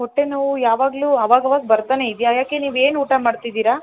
ಹೊಟ್ಟೆನೋವು ಯಾವಾಗಲೂ ಆವಾಗ ಆವಾಗ ಬರ್ತಲೇ ಇದೆಯಾ ಯಾಕೆ ನೀವು ಏನು ಊಟ ಮಾಡ್ತಿದ್ದೀರಾ